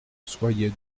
soyez